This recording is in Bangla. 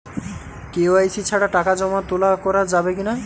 কে.ওয়াই.সি ছাড়া টাকা জমা তোলা করা যাবে কি না?